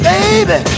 Baby